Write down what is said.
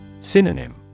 Synonym